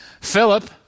Philip